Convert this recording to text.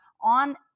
on